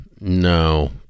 no